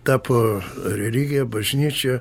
tapo religija bažnyčia